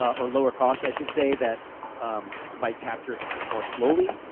or lower cost, i should say, that might capture so more slowly.